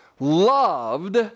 loved